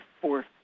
fourth